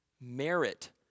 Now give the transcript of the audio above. merit